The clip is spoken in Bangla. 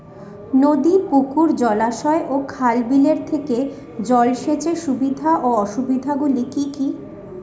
নদী পুকুর জলাশয় ও খাল বিলের থেকে জল সেচের সুবিধা ও অসুবিধা গুলি কি কি?